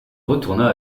retourna